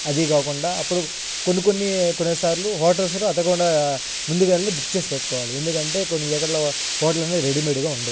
అదీ కాకుండా అప్పుడు కొన్ని కొన్ని కొనే సార్లు హోటల్స్లో అద్దె కూడా ముందుగానే బుక్ చేసి పెట్టుకోవాలి ఎందుకంటే కొన్ని దగ్గరలో హోటల్ అనేది రెడీమేడ్గా ఉండవు